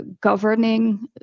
governing